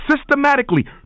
systematically